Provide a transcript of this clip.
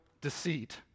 deceit